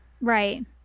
Right